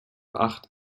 acht